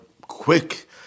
quick